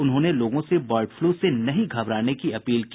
उन्होंने लोगों से बर्ड फ्लू से नहीं घबराने की अपील की